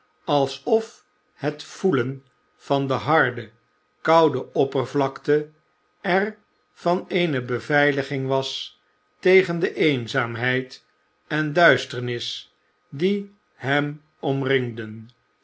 alsof het voelen van de harde koude oppervlakte er van eene beveiliging was tegen de eenzaamheid en duisternis die hem omringden